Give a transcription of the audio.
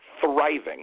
thriving